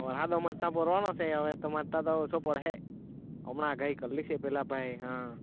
વરસાદ અમારે ત્યાં પડવાનો છે હવે તમારે ત્યાં તો ઓછો પડશે હમના આગાહી કરેલી છે પેલા ભાઈએ હં